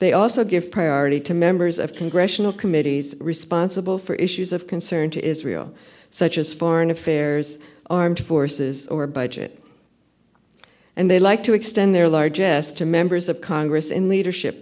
they also give priority to members of congressional committees responsible for issues of concern to israel such as foreign affairs armed forces or budget and they like to extend their large yes to members of congress in leadership